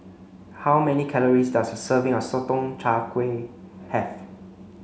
how many calories does a serving of Sotong Char Kway have